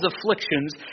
afflictions